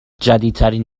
جدیدترین